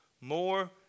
more